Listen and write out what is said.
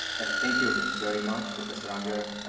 thank you very much, professor unger,